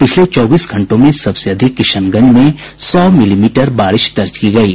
पिछले चौबीस घंटों में सबसे अधिक किशनगंज में सौ मिलीमीटर बारिश दर्ज की गयी